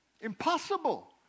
impossible